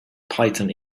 python